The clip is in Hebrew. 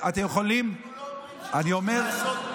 אנחנו לא אומרים שלא צריך לעשות.